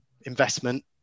investment